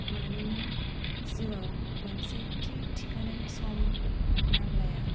मानोना जिउआव मोनसे थि थिखानाय सम नांलाया